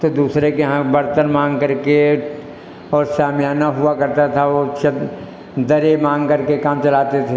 तो दूसरे के यहाँ बर्तन मांग करके और सामियाना हुआ करता था वो सब दरे मांग करके काम चलाते थे